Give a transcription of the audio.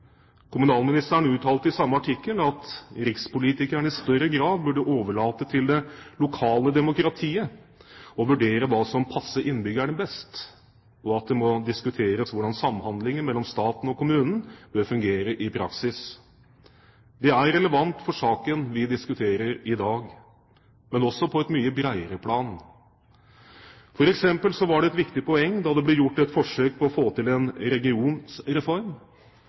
Kommunalministeren uttalte i samme artikkel at rikspolitikerne i større grad burde overlate til det lokale demokratiet å vurdere hva som passer innbyggerne best, og at det må diskuteres hvordan samhandlingen mellom staten og kommunen bør fungere i praksis. Det er relevant for saken vi diskuterer i dag, men også på et mye bredere plan. For eksempel var det et viktig poeng da det ble gjort et forsøk på å få til en regionsreform,